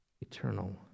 Eternal